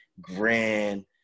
grand